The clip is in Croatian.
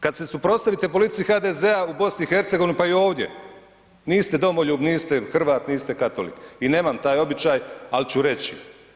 Kad se suprotstavite politici HDZ-a u BiH pa i ovdje niste domoljub, niste Hrvat, niste katolik i nemaj taj običaj ali ću reći.